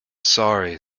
sorry